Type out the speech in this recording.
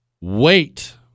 Wait